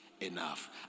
enough